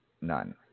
None